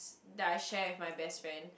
that I share with my best friend